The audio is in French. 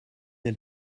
elle